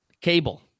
cable